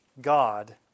God